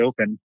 open